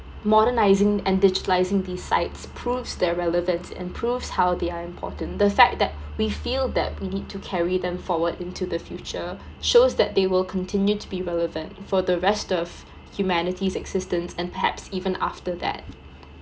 modernizing and digitalizing these sites proves their relevant and proves how they are important the fact that we feel that we need to carry them forward into the future shows that they will continue to be relevant for the rest of humanity's existent and perhaps even after that